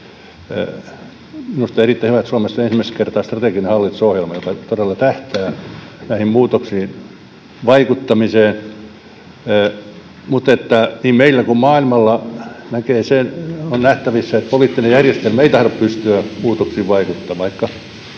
Minusta on erittäin hyvä, että Suomessa on ensimmäistä kertaa strateginen hallitusohjelma, joka todella tähtää näihin muutoksiin vaikuttamiseen. Mutta niin meillä kuin maailmalla on nähtävissä, että poliittinen järjestelmä ei tahdo pystyä muutoksiin vaikuttamaan.